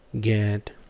get